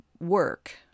work